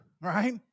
right